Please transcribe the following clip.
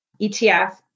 ETF